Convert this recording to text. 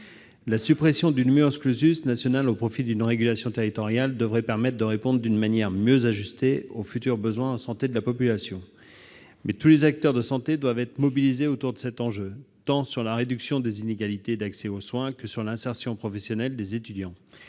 La suppression du national au profit d'une régulation territoriale devrait permettre de répondre d'une manière mieux ajustée aux futurs besoins en santé de la population. Toutefois, tous les acteurs de santé doivent être mobilisés autour de cet enjeu, tant sur la réduction des inégalités d'accès aux soins que sur l'insertion professionnelle des étudiants.